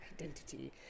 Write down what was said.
identity